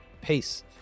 peace